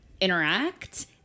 interact